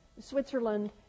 Switzerland